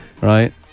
Right